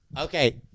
Okay